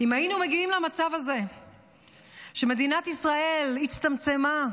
אם היינו מגיעים למצב הזה שמדינת ישראל הצטמצמה,